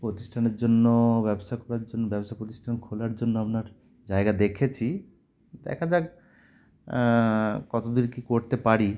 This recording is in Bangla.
প্রতিষ্ঠানের জন্য ব্যবসা করার জন্য ব্যবসা প্রতিষ্ঠান খোলার জন্য আপনার জায়গা দেখেছি দেখা যাক কত দূর কী করতে পারি